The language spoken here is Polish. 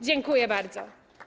Dziękuję bardzo.